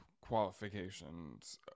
qualifications